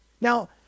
Now